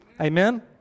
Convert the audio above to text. Amen